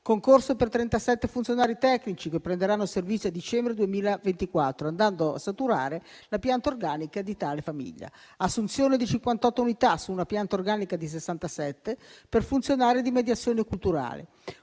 concorso per 37 funzionari tecnici, che prenderanno servizio a dicembre 2024, andando a saturare la pianta organica di tale famiglia; assunzione di 58 unità, su una pianta organica di 67, per funzionari di mediazione culturale.